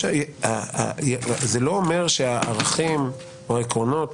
זה לא אומר שהערכים או העקרונות